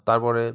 তার পরে